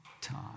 time